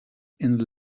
and